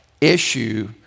issue